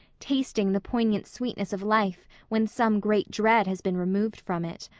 tasting the poignant sweetness of life when some great dread has been removed from it.